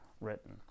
written